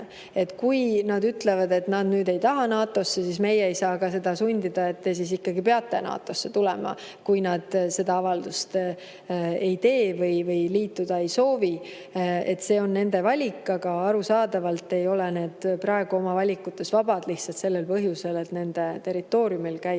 Kui nad ütlevad, et nad nüüd ei taha NATO‑sse, siis meie ei saa ka sundida, et te ikkagi peate NATO‑sse tulema, kui nad seda avaldust ei tee või liituda ei soovi. See on nende valik, aga arusaadavalt ei ole nad praegu oma valikutes vabad lihtsalt sellel põhjusel, et nende territooriumil käib